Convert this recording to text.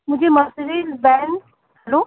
مجھے Mercedes Benz hello